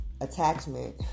attachment